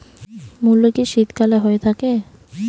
মূলো কি শীতকালে হয়ে থাকে?